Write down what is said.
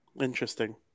Interesting